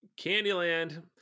Candyland